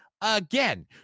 Again